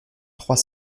trois